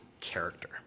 character